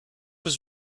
was